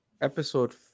episode